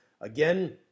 again